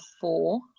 four